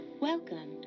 Welcome